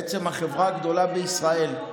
בעצם החברה הגדולה בישראל.